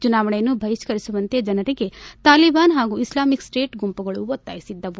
ಚುನಾವಣೆಯನ್ನು ಬಹಿಷ್ಕರಿಸುವಂತೆ ಜನರಿಗೆ ತಾಲಿಬಾನ್ ಹಾಗೂ ಇಸ್ಲಾಮಿಕ್ ಸ್ಸೇಟ್ ಗುಂಪುಗಳು ಒತ್ತಾಯಿಸಿದ್ದವು